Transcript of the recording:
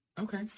okay